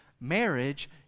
marriage